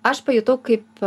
aš pajutau kaip